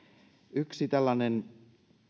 yksi tällainen